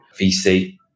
VC